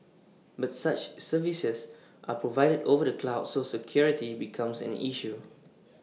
but such services are provided over the cloud so security becomes an issue